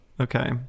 Okay